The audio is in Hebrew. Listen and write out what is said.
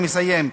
אני מסיים.